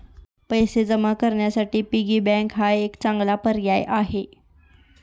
पैसे जमा करण्यासाठी पिगी बँक हा एक चांगला पर्याय आहे